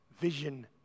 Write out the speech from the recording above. Vision